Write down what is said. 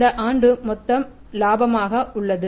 அந்த ஆண்டு மொத்த லாபம் உள்ளது